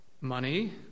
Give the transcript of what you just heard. money